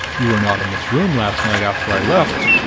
you were not in this room last night after i left?